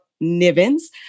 Nivens